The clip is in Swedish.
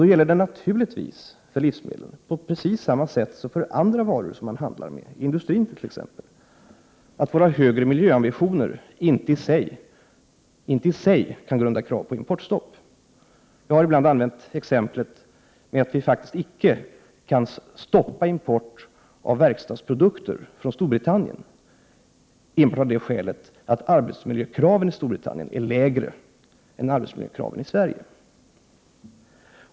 Då gäller naturligtvis för livsmedlen, precis på samma sätt som för andra varor man handlar med i t.ex. industrin, att våra högre miljöambitioner inte i sig kan ligga till grund för krav på importstopp. Jag har ibland exemplifierat detta med att säga att vi inte kan stoppa import av verkstadsprodukter från Storbritannien enbart av det skälet att arbetsmiljökraven i Storbritannien är lägre än arbetsmiljökraven i Sverige.